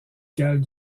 galles